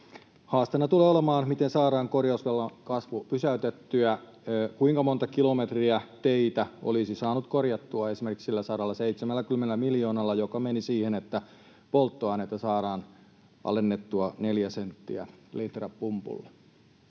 Haasteena tulee olemaan, miten saadaan korjausvelan kasvu pysäytettyä. kuinka monta kilometriä teitä olisi saanut korjattua esimerkiksi sillä 170 miljoonalla, joka meni siihen, että polttoainetta saadaan alennettua neljä senttiä litralta pumpulla.